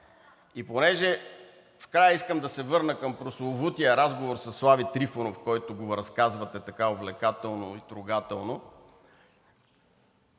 В края искам да се върна към прословутия разговор със Слави Трифонов, който го разказвате така увлекателно и трогателно.